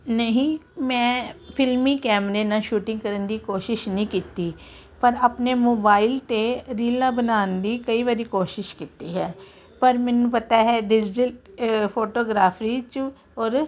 ਨਹੀਂ ਮੈਂ ਫਿਲਮੀ ਕੈਮਰੇ ਨਾਲ ਸ਼ੂਟਿੰਗ ਕਰਨ ਦੀ ਕੋਸ਼ਿਸ਼ ਨਹੀਂ ਕੀਤੀ ਪਰ ਆਪਣੇ ਮੋਬਾਈਲ ਤੇ ਰੀਲਾ ਬਣਾਉਣ ਦੀ ਕਈ ਵਾਰੀ ਕੋਸ਼ਿਸ਼ ਕੀਤੀ ਹੈ ਪਰ ਮੈਨੂੰ ਪਤਾ ਹੈ ਡਿਜਿਟਲ ਫੋਟੋਗ੍ਰਾਫੀ 'ਚ ਔਰ